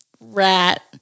rat